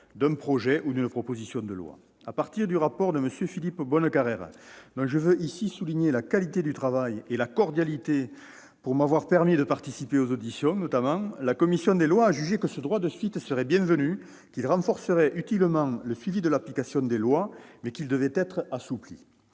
d'un projet ou d'une proposition de loi. Sur le rapport de M. Philippe Bonnecarrère, dont je veux ici souligner la qualité du travail et la cordialité et que je remercie de m'avoir permis de participer aux auditions, la commission des lois a jugé que la création de ce droit de suite serait bienvenue, qu'il renforcerait utilement le suivi de l'application des lois, mais qu'il devait être assoupli.